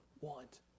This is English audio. want